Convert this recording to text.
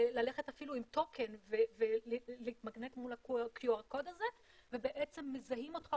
ללכת אפילו עם token ולהתמגנט מול QR קוד הזה ובעצם מזהים אותך,